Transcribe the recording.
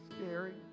scary